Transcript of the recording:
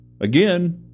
again